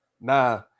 Nah